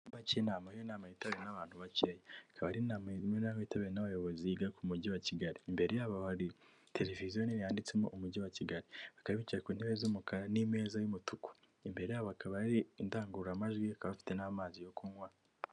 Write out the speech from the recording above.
Mu cyumba k'inama aho iyi nama yitabiriwe n'abantu bakeya, ikaba ari inama yitabiriwe n'abayobozi yiga ku Mujyi wa Kigali, imbere yabo hari televiziyo yanditsemo Umujyi wa Kigali, bakaba bicaye ku ntebe z'umukara n'ameza y'umutuku, imbere yabo hakaba hari indangururamajwi kandi bafite n'amazi yo kunywa.